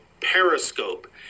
Periscope